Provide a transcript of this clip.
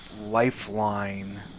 lifeline